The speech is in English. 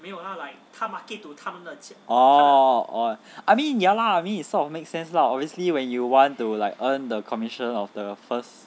oh oh I mean ya lah I mean it sort of make sense lah obviously when you want to like earn the commission of the first